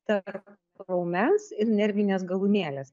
tarp raumens ir nervinės galūnėlės